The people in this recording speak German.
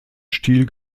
stil